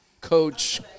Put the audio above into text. coach